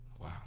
Wow